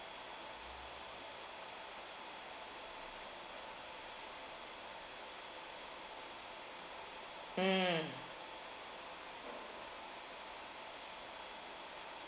mm